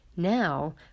Now